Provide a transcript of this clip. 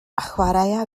chwaraea